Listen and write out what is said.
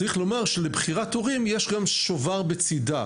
צריך לומר שלבחירת הורים יש גם שובר בצידה.